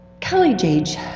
college-age